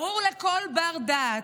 ברור לכל בר-דעת,